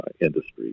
industry